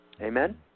Amen